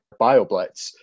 BioBlitz